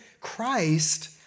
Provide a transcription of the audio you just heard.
Christ